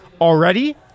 already